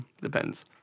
depends